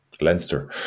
Leinster